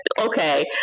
okay